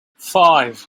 five